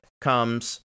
comes